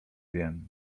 wiem